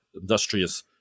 industrious